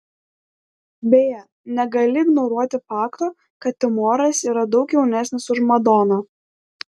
beje negali ignoruoti fakto kad timoras yra daug jaunesnis už madoną